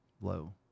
low